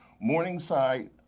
Morningside